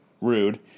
Rude